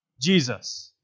Jesus